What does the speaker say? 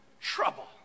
trouble